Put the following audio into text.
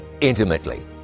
intimately